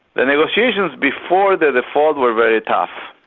the negotiations before the default were very tough.